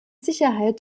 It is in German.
sicherheit